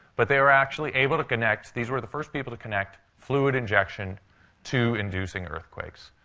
but they were actually able to connect these were the first people to connect fluid injection to inducing earthquakes.